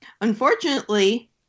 unfortunately